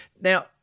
Now